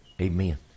Amen